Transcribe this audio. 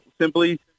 simply